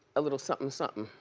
a little somethin' somethin'.